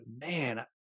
man